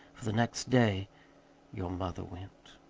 for the next day your mother went.